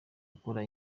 ukora